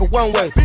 one-way